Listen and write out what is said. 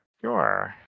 Sure